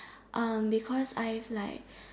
um because I've like